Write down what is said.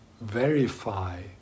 verify